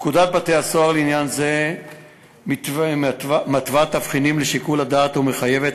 פקודת בתי-הסוהר לעניין זה מתווה תבחינים לשיקול הדעת ומחייבת